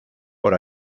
por